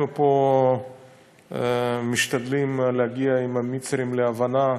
אנחנו משתדלים להגיע עם המצרים להבנה,